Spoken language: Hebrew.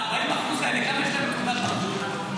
לכמה ב-40% האלה יש תעודת בגרות?